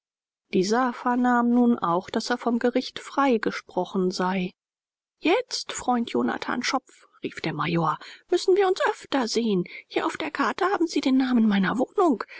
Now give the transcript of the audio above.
dieser vernahm nun auch daß er vom gericht freigesprochen sei jetzt freund jonathan schopf rief der major müssen wir uns öfter sehen hier auf der karte haben sie den namen meiner wohnung